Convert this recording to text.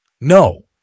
No